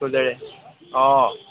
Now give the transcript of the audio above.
অঁ